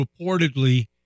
reportedly